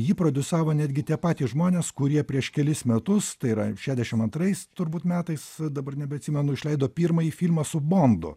jį prodiusavo netgi tie patys žmonės kurie prieš kelis metus tai yra šešdešim antrais turbūt metais dabar nebeatsimenu išleido pirmąjį filmą su bondu